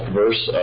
verse